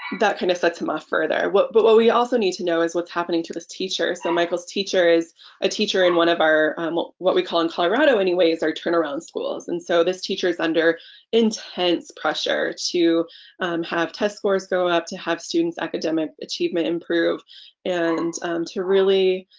that kind of sets him off further. what but what we also need to know is what's happening to his teacher. so michael's teacher is a teacher in one of our um what we call in colorado anyways our turnaround turnaround schools and so this teacher is under intense pressure to have test scores go up to have students academic achievement improved and to really